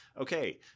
okay